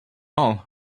all